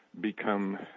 become